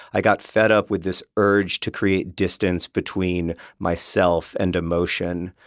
i got fed up with this urge to create distance between myself and emotion.